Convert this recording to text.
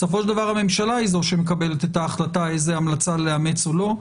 בסופו של דבר הממשלה היא זו שמקבלת אתה החלטה איזו המלצה לאמץ או לא.